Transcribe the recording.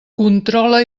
controla